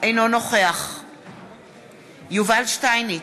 אינו נוכח יובל שטייניץ,